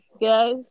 guys